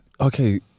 okay